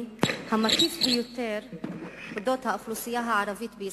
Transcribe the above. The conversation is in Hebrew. המקיף ביותר על האוכלוסייה הערבית בישראל.